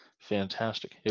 Fantastic